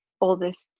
oldest